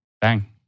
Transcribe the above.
Bang